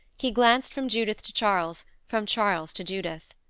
he glanced from judith to charles, from charles to judith.